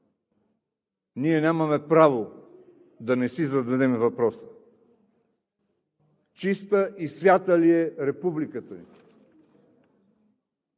ние нямаме право да не си зададем въпроса: чиста и свята ли е републиката ни?